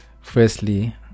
firstly